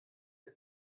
der